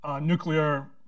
nuclear